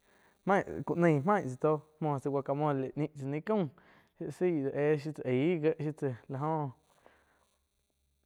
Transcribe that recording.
maih ku nain noh main tsá toh muo tsá guacamole nih tsá ni caum éh shiu tsá aih gie shiu tsá la oh.